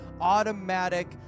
automatic